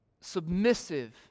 submissive